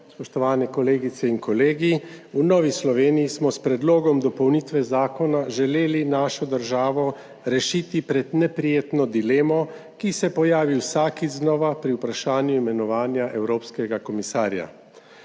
Spoštovani kolegice in kolegi! V Novi Sloveniji smo s predlogom dopolnitve zakona želeli našo državo rešiti pred neprijetno dilemo, ki se pojavi vsakič znova pri vprašanju imenovanja evropskega komisarja.